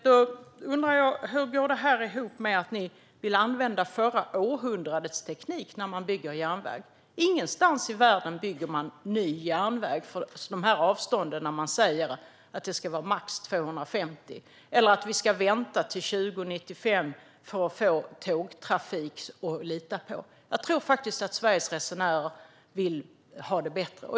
Då undrar jag: Hur går det ihop med att ni vill att man ska använda förra århundradets teknik när man bygger järnväg? Ingenstans i världen där man bygger järnväg för de här avstånden säger man att hastigheten ska vara max 250 eller att man ska vänta till 2095 för att få tågtrafik att lita på. Jag tror faktiskt att Sveriges resenärer vill ha det bättre.